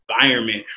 environment